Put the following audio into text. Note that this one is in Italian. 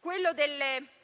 Quella delle